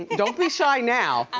don't be shy now. i'm